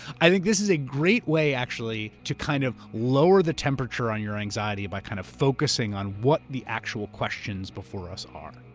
i think this is a great way actually to kind of lower the temperature on your anxiety by kind of focusing on what the actual questions before us are.